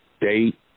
date